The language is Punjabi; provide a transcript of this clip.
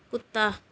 ਕੁੱਤਾ